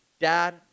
dad